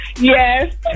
Yes